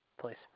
Please